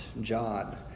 John